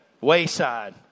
wayside